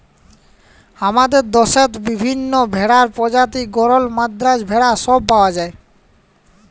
হামাদের দশেত বিভিল্য ভেড়ার প্রজাতি গরল, মাদ্রাজ ভেড়া সব পাওয়া যায়